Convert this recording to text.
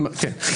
כן.